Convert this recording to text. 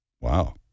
wow